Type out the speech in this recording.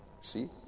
See